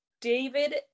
David